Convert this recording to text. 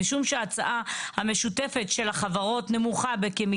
משום שההצעה המשותפת של החברות נמוכה בכ-1